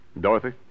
Dorothy